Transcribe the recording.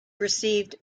received